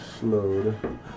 slowed